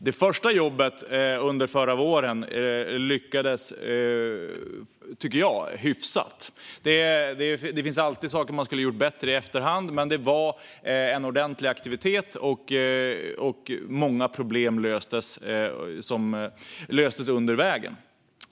Det första jobbet under förra våren lyckades hyfsat, tycker jag. Det finns alltid saker man i efterhand ser att man skulle ha gjort bättre, men det var en ordentlig aktivitet, och många problem löstes på vägen.